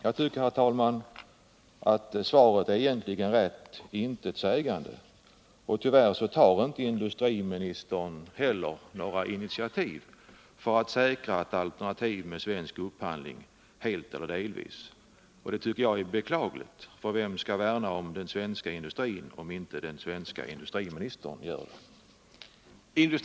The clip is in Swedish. Jag tycker, herr talman, att svaret egentligen är rätt intetsägande. Tyvärr tar industriministern inte några initiativ för att säkra svensk upphandling, helt eller delvis. Det tycker jag är beklagligt, för vem skall värna om den svenska industrin, om inte den svenska industriministern gör det?